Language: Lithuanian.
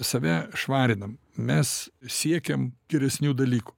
save švarinam mes siekiam geresnių dalykų